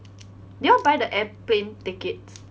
did you all buy the airplane tickets